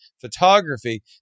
photography